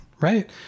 Right